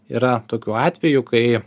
yra tokių atvejų kai